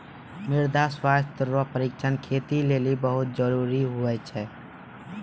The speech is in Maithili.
मृदा स्वास्थ्य रो परीक्षण खेती लेली बहुत जरूरी हुवै छै